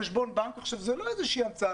זו לא המצאה